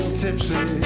tipsy